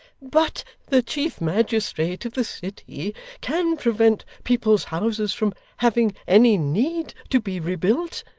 but the chief magistrate of the city can prevent people's houses from having any need to be rebuilt,